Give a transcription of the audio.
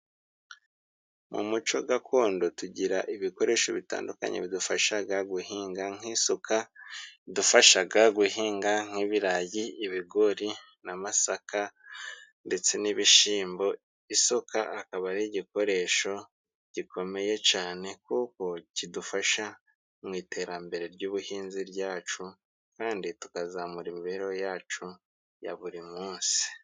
Mu muco gakondo tugira ibikoresho bitandukanye ,bidufashaga guhinga nk' isuka ,idufashaga guhinga nk'ibirayi, ibigori n'amasaka, ndetse n'ibishimbo Isuka akaba ari igikoresho gikomeye cane, kuko kidufasha mu iterambere ry'ubuhinzi ryacu kandi tukazamura imibereho yacu ya buri munsi.